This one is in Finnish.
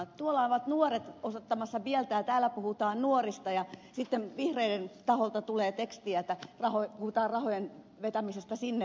tuolla ovat nuoret osoittamassa mieltään ja täällä puhutaan nuorista ja sitten vihreiden taholta tulee tekstiä jossa puhutaan rahojen vetämisestä sinne tänne